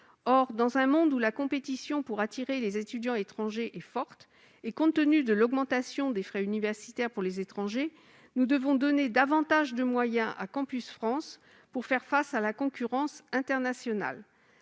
Or, dans un monde où la compétition pour attirer les étudiants étrangers est forte, et compte tenu de l'augmentation des frais universitaires pour les étrangers, nous devons donner davantage de moyens à Campus France pour faire face à la concurrence internationale.